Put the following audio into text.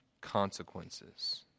consequences